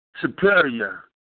superior